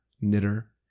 knitter